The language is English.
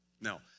Now